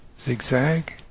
zigzag